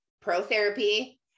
pro-therapy